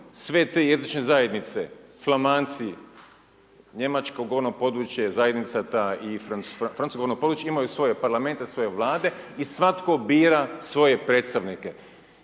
sve te jezične zajednice Flamanci, njemačko govorno područje, zajednica ta i francusko govorno područje imaju svoje Parlamente, svoje Vlade, i svatko bira svoje predstavnike.